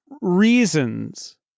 reasons